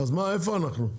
אז איפה אנחנו?